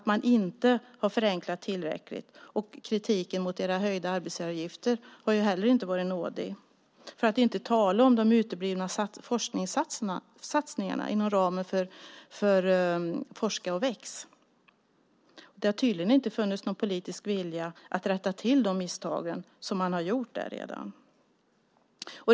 Man har inte förenklat tillräckligt. Kritiken mot era höjda arbetsgivaravgifter har heller inte varit nådig, för att inte tala om de uteblivna forskningssatsningarna inom ramen för Forska och väx. Det har tydligen inte funnits någon politisk vilja att rätta till de misstagen som man redan har gjort där.